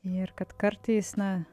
ir kad kartais na